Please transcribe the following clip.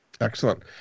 Excellent